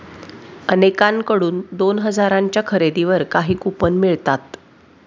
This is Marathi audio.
अनेकांकडून दोन हजारांच्या खरेदीवर काही कूपन मिळतात